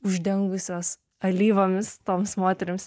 uždengusios alyvomis toms moterims